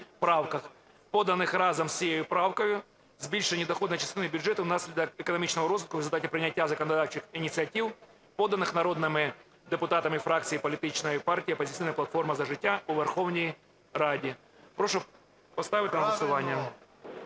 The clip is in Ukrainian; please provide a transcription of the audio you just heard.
правках, поданих разом з цією правкою, збільшення дохідної частини бюджету внаслідок економічного розвитку в результаті прийняття законодавчих ініціатив, поданих народними депутатами фракції політичної партії "Опозиційна платформа - За життя" у Верховній Раді. Прошу поставити на голосування.